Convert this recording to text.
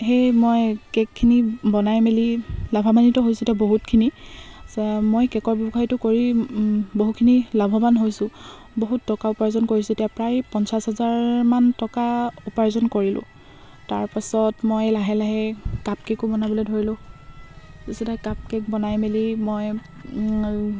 সেয়ে মই কে'কখিনি বনাই মেলি লাভান্বিত হৈছো বহুতখিনি চ মই কে'কৰ ব্যৱসায়টো কৰি বহুখিনি লাভৱান হৈছোঁ বহুত টকা উপাৰ্জন কৰিছো এতিয়া প্ৰায় পঞ্চাছ হাজাৰমান টকা উপাৰ্জন কৰিলোঁ তাৰপাছত মই লাহে লাহে কাপ কে'কো বনাবলৈ ধৰিলো তাৰপিছতে কাপ কে'ক বনাই মেলি মই